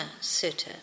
Sutta